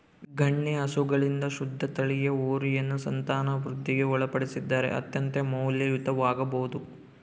ಗಣ್ಯ ಹಸುಗಳಿಂದ ಶುದ್ಧ ತಳಿಯ ಹೋರಿಯನ್ನು ಸಂತಾನವೃದ್ಧಿಗೆ ಒಳಪಡಿಸಿದರೆ ಅತ್ಯಂತ ಮೌಲ್ಯಯುತವಾಗಬೊದು